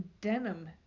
Denim